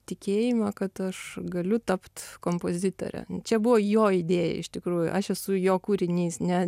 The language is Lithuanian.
tikėjimą kad aš galiu tapt kompozitore čia buvo jo idėja iš tikrųjų aš esu jo kūrinys ne